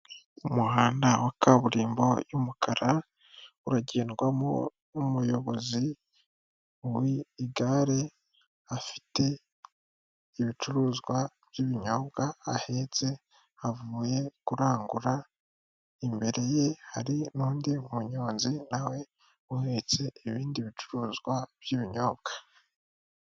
Umuhanda wa kaburimbo y'umukara uragendwamo n'umuyobozi w'igare afite ibicuruzwa by'ibinyobwa ahetse havuye kurangura imbere ye hari n'undi munyonzi nawe uhetse ibindi bicuruzwa by'ibinyobwa.